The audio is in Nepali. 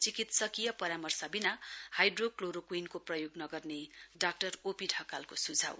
चिकित्सकीय परामर्श विना हाइड्रोक्लोरोक्वीनको प्रयोग नगर्ने डाक्टर ओ पी ढकालको सुझाउ